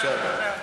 אני אעלה.